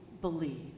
Believe